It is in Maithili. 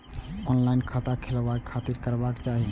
ऑनलाईन खाता खोलाबे के खातिर कि करबाक चाही?